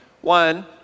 one